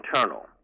internal